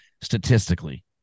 statistically